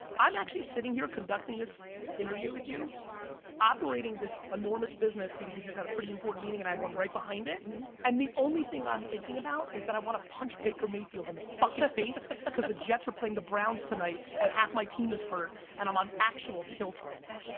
i'm actually sitting here conducting this interview with you operating this enormous business, because we just had a pretty important meeting and i have one right behind it. and and the only thing i'm thinking about is that i wanna punch baker mayfield in the fucking face cause the jets are playing the browns tonight and half my team is hurt. and i'm on actual tilt right now.